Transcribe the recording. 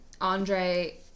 Andre